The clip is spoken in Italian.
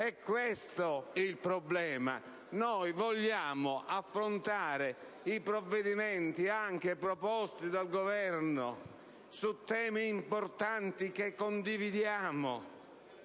È questo il problema. Noi vogliamo affrontare i provvedimenti anche proposti dal Governo su temi importanti che condividiamo,